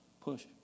push